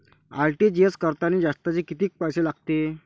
RTGS करतांनी जास्तचे कितीक पैसे लागते?